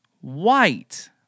white